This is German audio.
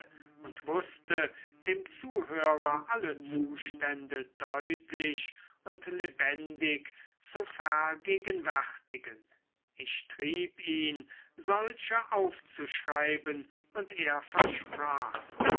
und wußte dem zuhörer alle zustände deutlich und lebendig zu vergegenwärtigen ich trieb ihn solche aufzuschreiben und er versprach's